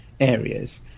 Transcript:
areas